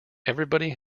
everybody